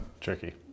tricky